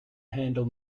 handle